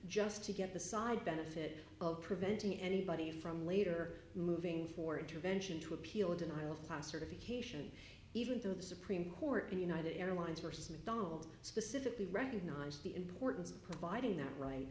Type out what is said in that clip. just to get the side benefit of preventing anybody from later moving for intervention to appeal a denial of class certification even though the supreme court in united airlines worse mcdonald specifically recognized the importance of providing that right